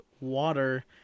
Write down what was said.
water